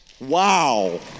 Wow